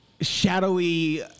shadowy